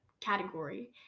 category